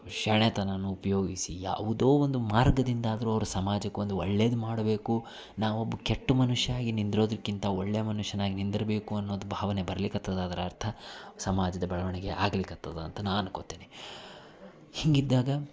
ಶಾಣೆತನನ ಉಪಯೋಗಿಸಿ ಯಾವುದೋ ಒಂದು ಮಾರ್ಗದಿಂದಾದರೂ ಅವ್ರು ಸಮಾಜಕ್ಕೆ ಒಂದು ಒಳ್ಳೇದು ಮಾಡಬೇಕು ನಾ ಒಬ್ಬ ಕೆಟ್ಟ ಮನುಷ್ಯ ಆಗಿ ನಿಂದ್ರೋದಕ್ಕಿಂತ ಒಳ್ಳೆಯ ಮನುಷ್ಯನಾಗಿ ನಿಂದಿರ್ಬೇಕು ಅನ್ನೋದು ಭಾವನೆ ಬರ್ಲಿಕತ್ತದೆ ಅದ್ರ ಅರ್ಥ ಸಮಾಜದ ಬೆಳವಣಿಗೆ ಆಗಲಿಕ್ಹತ್ತದ ಅಂತ ನಾ ಅಂದ್ಕೋತೀನಿ ಹೀಗಿದ್ದಾಗ